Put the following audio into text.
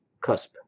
cusp